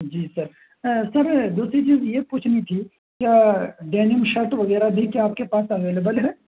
جی sir sir دوسری چیز یہ پوچھنی تھی کیا ڈینم شٹ وغیرہ بھی کیا آپ کے پاس اویلیبل ہے